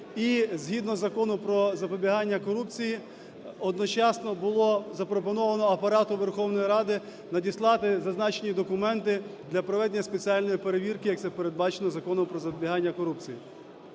згідно Закону "Про запобігання корупції" одночасно було запропоновано Апарату Верховної Ради надіслати зазначені документи для проведення спеціальної перевірки, як це передбачено Законом "Про запобігання корупції".